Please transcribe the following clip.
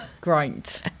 Grind